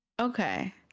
Okay